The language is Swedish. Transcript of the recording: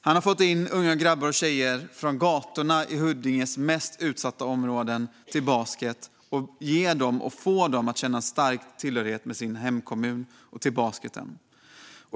Han har fått in unga grabbar och tjejer från gatorna i Huddinges mest utsatta områden till basketen och har fått dem att känna stark tillhörighet till sin hemkommun och till basketen.